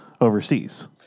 overseas